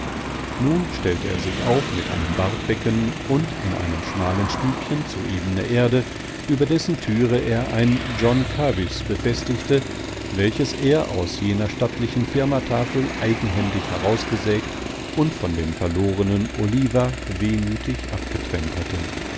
nun stellte er sich auf mit einem bartbecken und in einem schmalen stübchen zu ebener erde über dessen türe er ein john kabys befestigte welches er aus jener stattlichen firmatafel eigenhändig herausgesägt und von dem verlorenen oliva wehmütig abgetrennt hatte